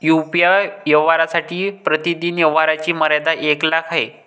UPI व्यवहारांसाठी प्रतिदिन व्यवहारांची मर्यादा एक लाख आहे